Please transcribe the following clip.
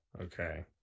Okay